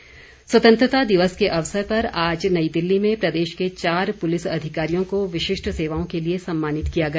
सम्मान स्वतंत्रता दिवस के अवसर पर आज नई दिल्ली में प्रदेश के चार पुलिस अधिकारियों को विशिष्ट सेवाओं के लिए सम्मानित किया गया